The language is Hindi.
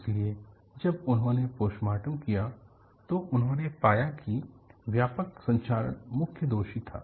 इसलिए जब उन्होंने पोस्टमॉर्टम किया तो उन्होंने पाया कि व्यापक संक्षारण मुख्य दोषी था